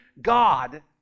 God